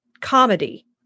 comedy